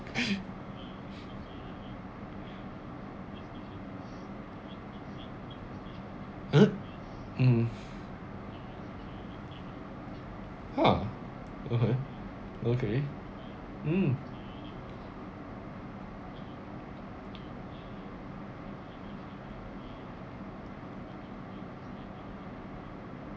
!huh! mm ha okay okay mm